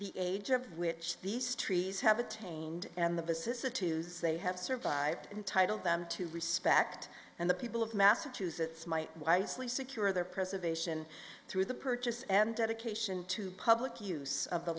the age of which these trees have attained and the vicissitudes they have survived entitle them to respect and the people of massachusetts might eisley secure their preservation through the purchase and dedication to public use of the